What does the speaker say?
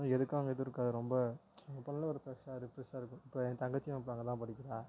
எதுக்கும் அங்கே இது இருக்காது ரொம்ப அப்பெல்லாம் ஒரு ஃப்ரெஷ்ஷாக ரெஃப்ரெஷ்ஷாக இருக்கும் இப்போ என் தங்கச்சியும் இப்போ அங்கேதான் படிக்கிறாள்